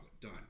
done